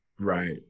Right